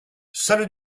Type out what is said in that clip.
salles